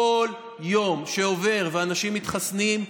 בכל יום שעובר ואנשים מתחסנים,